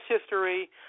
history